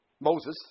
Moses